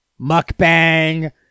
mukbang